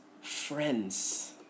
friends